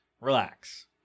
relax